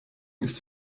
ist